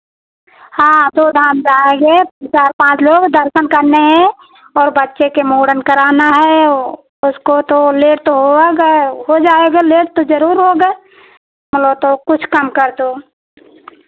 हाँ दो धाम जाएंगे चार पाँच लोग दर्शन करने और बच्चे के मूड़न कराना है उसको तो लेट तो होगा हो जाएगा लेट तो जरूर होगा मतलब तो कुछ कम कर दो